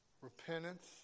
repentance